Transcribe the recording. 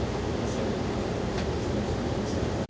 or